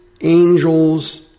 angels